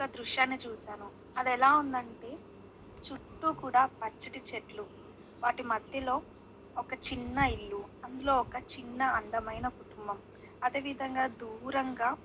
ఒక దృశ్యాన్ని చూశాను అది ఎలా ఉందంటే చుట్టూ కూడా పచ్చటి చెట్లు వాటి మధ్యలో ఒక చిన్న ఇల్లు అందులో ఒక చిన్న అందమైన కుటుంబం అదేవిధంగా దూరంగా